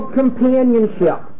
companionship